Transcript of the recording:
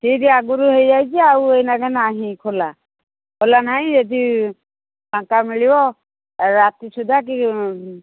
seat ଆଗରୁ ହୋଇଯାଇଛି ଆଉ ଏଇନା ନାହିଁ ଖୋଲା ଖୋଲା ନାହିଁ ଯଦି ଟଙ୍କା ମିଳିବ ରାତି ସୁଦ୍ଧା କି